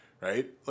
right